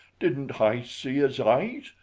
didn't hi see is heyes?